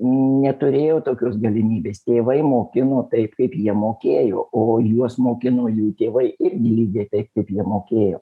neturėjo tokios galimybės tėvai mokino taip kaip jie mokėjo o juos mokino jų tėvai irgi lygiai taip kaip jie mokėjo